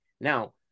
Now